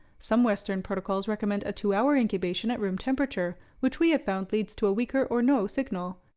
some western protocols recommend a two hour incubation at room temperature, which we have found leads to a weaker or no signal.